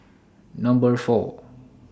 Number four